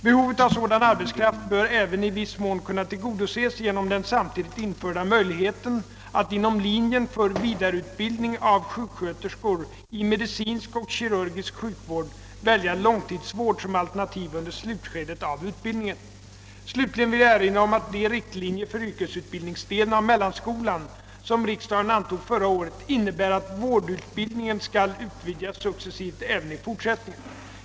Behovet av sådan arbetskraft bör även i viss mån kunna tillgodoses genom den samtidigt införda möjligheten att inom linjen för vidareutbildning av sjuksköterskor i medicinsk och kirurgisk sjukvård välja långtidsvård som alternativ under slutskedet av utbildningen. Slutligen vill jag erinra om att de riktlinjer för yrkesutbildningsdelen av mellanskolan som riksdagen antog förra året innebär att vårdutbildningen skall utvidgas successivt även i fortsättningen.